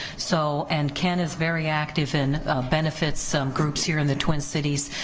so and ken is very active in benefits so groups here in the twin cities,